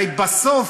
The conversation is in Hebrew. הרי בסוף,